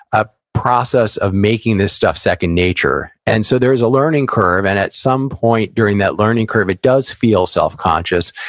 a process of making this stuff second nature. and so, there is a learning curve. and at some point during that learning curve, it does feel self-conscious.